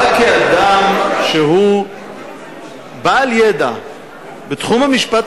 אתה כאדם שהוא בעל ידע בתחום המשפט